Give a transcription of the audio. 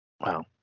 Wow